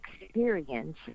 experience